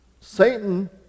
Satan